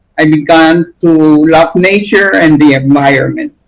i began to love nature and the environment.